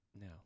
No